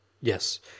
yes